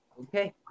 Okay